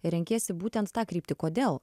renkiesi būtent tą kryptį kodėl